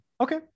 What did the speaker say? Okay